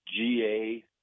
GA